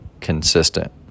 consistent